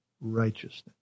righteousness